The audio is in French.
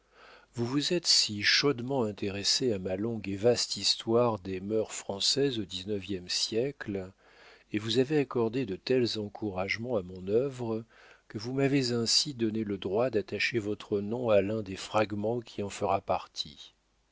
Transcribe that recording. vous vous êtes si chaudement intéressé à ma longue et vaste histoire des mœurs françaises au dix-neuvième siècle et vous avez accordé de tels encouragements à mon œuvre que vous m'avez ainsi donné le droit d'attacher votre nom à l'un des fragments qui en feront partie